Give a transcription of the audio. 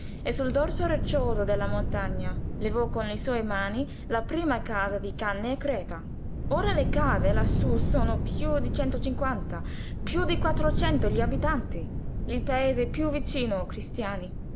e sul dorso roccioso della montagna levò con le sue mani la prima casa di canne e creta ora le case lassú sono piú di centocinquanta piú di quattrocento gli abitanti il paese piú vicino o cristiani